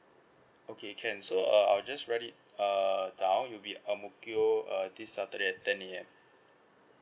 okay can so uh I'll just write it uh down will be ang mo kio uh this saturday at ten A_M